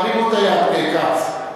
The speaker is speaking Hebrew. תרימו את היד, כץ.